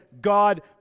God